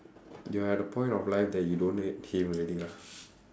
you are at the point of life that you don't hate him already lah